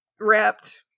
wrapped